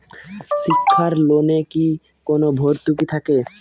শিক্ষার লোনে কি কোনো ভরতুকি থাকে?